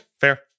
fair